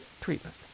Treatment